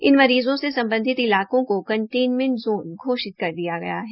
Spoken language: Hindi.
इन मरीज़ों से सम्बधित इलाकों को कंटेनमेंट जोन घोषित कर दिया गया है